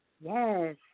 Yes